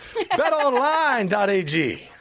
BetOnline.ag